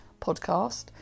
podcast